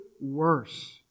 worse